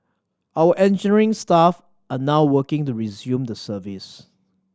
our engineering staff are now working to resume the service